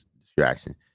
distraction